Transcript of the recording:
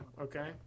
okay